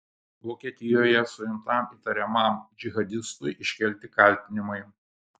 vokietijoje suimtam įtariamam džihadistui iškelti kaltinimai